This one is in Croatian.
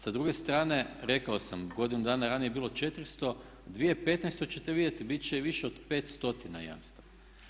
Sa druge strane rekao sam, godinu dana ranije je bilo 400, u 2015. ćete vidjeti bit će više od 5 stotina jamstava.